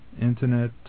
internet